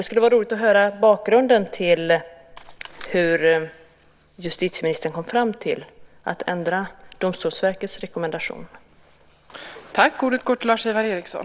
Det skulle vara roligt att höra bakgrunden hur justitieministern kom fram till att ändra Domstolsverkets rekommendation.